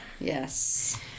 Yes